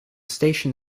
station